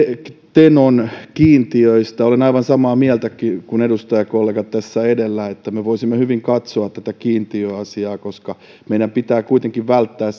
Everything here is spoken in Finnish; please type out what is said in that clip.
tenon kiintiöistä olen aivan samaa mieltä kuin kuin edustajakollegat edellä että me voisimme hyvin katsoa tätä kiintiöasiaa koska meidän pitää kuitenkin välttää